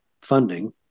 funding